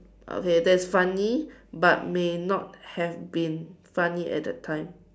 okay that's funny but may not have been funny at that time